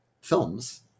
films